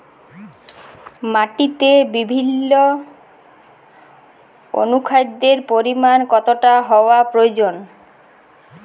মাটিতে বিভিন্ন অনুখাদ্যের পরিমাণ কতটা হওয়া প্রয়োজন?